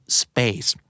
space